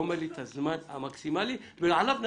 אומר לי את הזמן המקסימלי ועליו נדון.